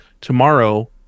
tomorrow